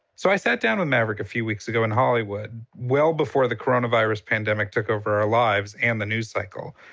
so i sat down with maverick a few weeks ago in hollywood, well before the coronavirus pandemic took over our lives and the news cycle,